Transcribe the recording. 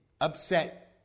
upset